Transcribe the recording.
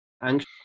anxious